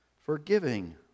forgiving